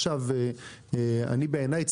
בעיניי,